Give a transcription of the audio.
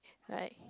right